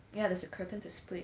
yeah there's a curtain to split